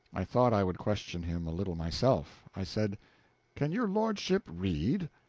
i thought i would question him a little myself. i said can your lordship read?